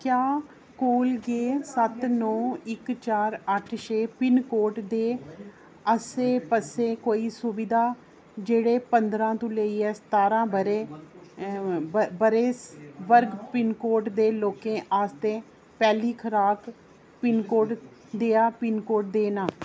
क्या कोल गै सत्त नौ इक चार अट्ठ छे पिनकोड दे आस्सै पास्सै कोई सुबधा जेह्ड़े पंदरां तो लेइयै सतारां ब'रे बरेस वर्ग पिनकोड दे लोकें आस्तै पैह्ली खराक पिनकोड देआ पिनकोड दे न